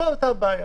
זו הייתה הבעיה